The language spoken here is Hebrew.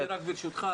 רק ברשותך,